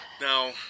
Now